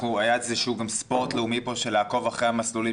היה איזשהו ספורט לאומי של לעקוב אחרי המסלולים